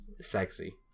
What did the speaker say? Sexy